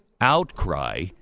outcry